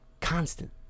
constant